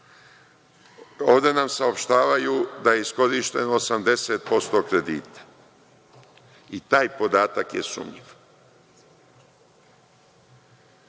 Ovde nam saopštavaju da je iskorišteno 80% kredita. I taj podatak je sumnjiv.